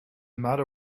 matter